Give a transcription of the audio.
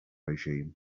regime